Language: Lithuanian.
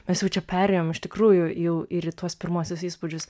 mes jau čia perėjom iš tikrųjų jau ir į tuos pirmuosius įspūdžius